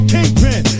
Kingpin